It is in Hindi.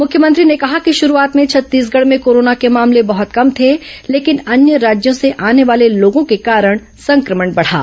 मुख्यमंत्री ने कहा कि शुरूआत में छत्तीसगढ़ में कोरोना के मामले बहुत कम थे लेकिन अन्य राज्यों से आने वाले लोगों के कारण संक्रमण बढ़ा